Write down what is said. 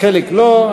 וחלק לא.